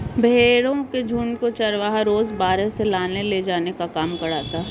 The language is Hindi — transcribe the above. भेंड़ों के झुण्ड को चरवाहा रोज बाड़े से लाने ले जाने का काम करता है